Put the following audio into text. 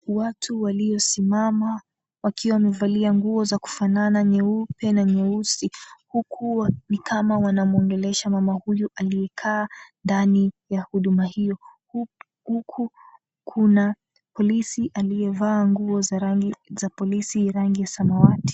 Watu waliosimama wakiwa wamevalia nguo za kufanana nyeupe na nyeusi, huku ni kama wanamwongelesha mama huyu aliyekaa ndani ya huduma hiyo. Huku kuna polisi aliyevaa nguo za rangi za polisi, rangi ya samawati.